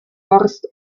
horst